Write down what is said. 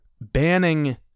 banning